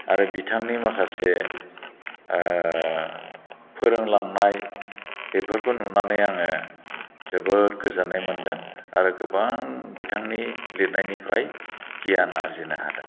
आरो बिथांनि माखासे फोरोंलांनाय बेफोरखौ नुनानै आङो जोबोद गोजोननाय मोन्दों आरो गोबां बिथांनि लिरनायनिफ्राय गियान आरजिनो हादों